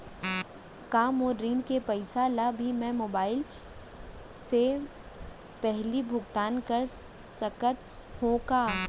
का मोर ऋण के पइसा ल भी मैं मोबाइल से पड़ही भुगतान कर सकत हो का?